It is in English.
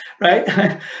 right